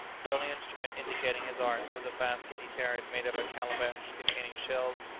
the only instrument indicating his art was a basket he carried made of a calabash containing shells,